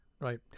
Right